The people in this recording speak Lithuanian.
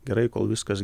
gerai kol viskas